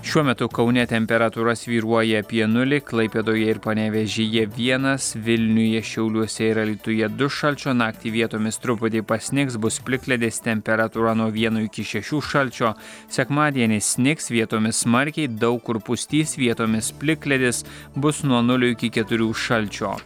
šiuo metu kaune temperatūra svyruoja apie nulį klaipėdoje ir panevėžyje vienas vilniuje šiauliuose ir alytuje du šalčio naktį vietomis truputį pasnigs bus plikledis temperatūra nuo vieno iki šešių šalčio sekmadienį snigs vietomis smarkiai daug kur pustys vietomis plikledis bus nuo nulio iki keturių šalčio